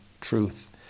truth